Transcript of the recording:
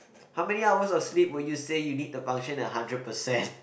how many hours of sleep will you say you need to function at hundred percent